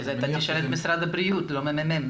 זה אתה תשאל את משרד הבריאות, לא את הממ"מ.